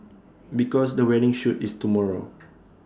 because the wedding shoot is tomorrow